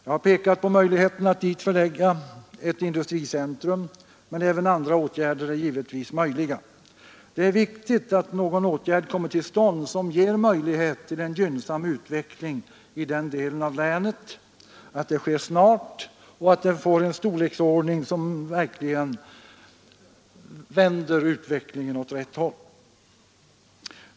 Jag har pekat på möjligheten att dit förlägga ett industricentrum; även andra åtgärder är givetvis möjliga. Det är viktigt att någon åtgärd kommer till stånd som ger möjlighet till en gynnsam utveckling i den delen av länet, att det sker snart och att åtgärden blir av sådan storleksordning att utvecklingen verkligen vänds åt rätt håll.